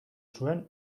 zuen